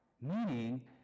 meaning